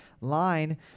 line